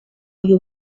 you